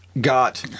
got